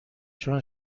چون